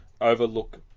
overlook